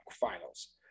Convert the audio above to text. finals